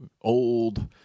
old